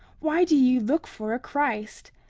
why do ye look for a christ?